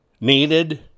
needed